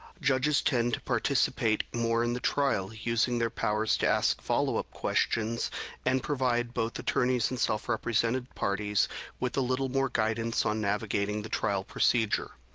judges tend to participate more in the trial, using their powers to ask follow-up questions and provide both attorneys and self-represented parties with a little more guidance on navigating the trial procedure.